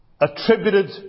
attributed